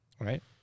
Right